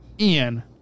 Ian